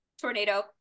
tornado